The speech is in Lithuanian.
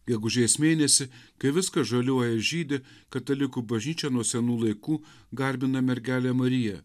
gegužės mėnesį kai viskas žaliuoja ir žydi katalikų bažnyčia nuo senų laikų garbina mergelę mariją